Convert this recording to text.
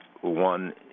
one